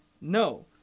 No